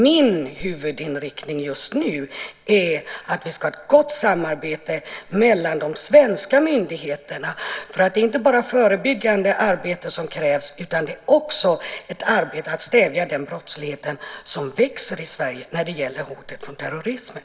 Min huvudinriktning just nu är att det ska vara ett gott samarbete mellan de svenska myndigheterna. Det är inte bara förebyggande arbete som krävs utan också ett arbete med att stävja den brottslighet som växer i Sverige när det gäller hotet från terrorismen.